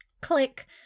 click